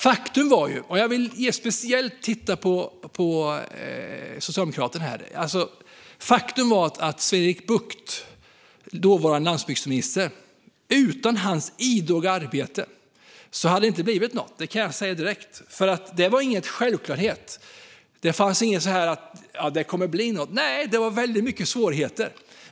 Faktum är - nu tittar jag återigen speciellt på socialdemokraterna här - att utan dåvarande landsbygdsminister Sven-Erik Buchts idoga arbete hade det inte blivit något, det kan jag säga direkt. Det var nämligen ingen självklarhet. Det fanns ingen känsla av att det skulle bli något, utan det var väldigt mycket svårigheter.